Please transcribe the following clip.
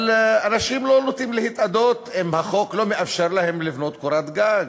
אבל אנשים לא נוטים להתאדות אם החוק לא מאפשר להם לבנות קורת גג.